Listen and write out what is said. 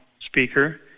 speaker